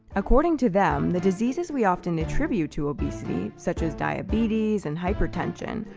according to them, the diseases we often attribute to obesity, such as diabetes and hypertension,